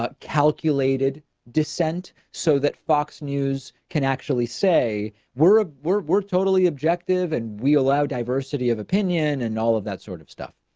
ah calculated descent so that fox news can actually say we're, ah, we're, we're totally objective and we allow diversity of opinion and all of that sort of stuff.